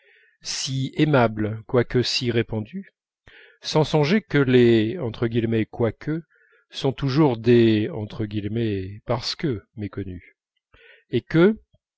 si aimable quoique si répandu sans songer que les quoique sont toujours des parce que méconnus et que